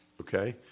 Okay